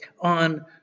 on